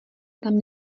tam